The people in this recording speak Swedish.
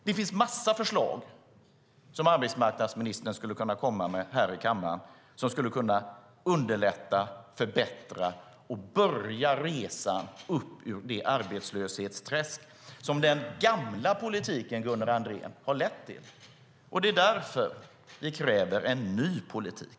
Det finns en massa förslag som arbetsmarknadsministern skulle kunna komma med här i kammaren och som skulle kunna underlätta och förbättra för att man ska kunna börja resan upp ur det arbetslöshetsträsk som den gamla politiken, Gunnar Andrén, har lett till. Det är därför som vi kräver en ny politik.